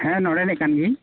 ᱦᱮ ᱱᱚᱸᱰᱮᱱᱤᱡᱽ ᱠᱟᱱ ᱜᱤᱭᱟᱹᱧ